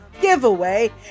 giveaway